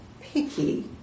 picky